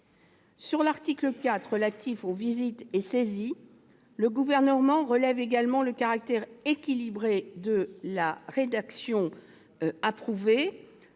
Sur l'article 4, relatif aux visites et saisies, le Gouvernement relève également le caractère équilibré de la rédaction approuvée.